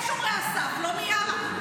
הם שומרי הסף, לא מיארה.